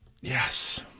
Yes